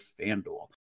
FanDuel